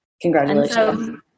Congratulations